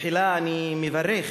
תחילה אני מברך,